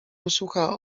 usłucha